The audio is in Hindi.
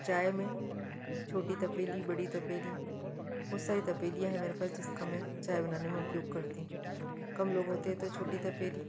चाय में छोटी तपेली बड़ी तपेली बहुत सारी तपेलियाँ हैं मेरे पास जिसका मैं चाय बनाने में उपयोग करती हूँ कम लोग होते हैं तो छोटी तपेली